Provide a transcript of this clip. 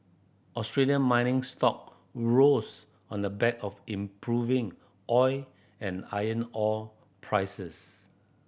Australian mining stock rose on the back of improving oil and iron ore prices